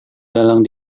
dalang